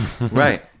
right